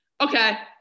okay